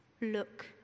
look